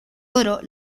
oro